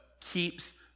keeps